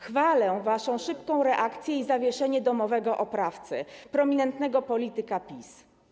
Chwalę waszą szybką reakcję i zawieszenie domowego oprawcy, prominentnego polityka PiS.